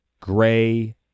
Gray